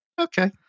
Okay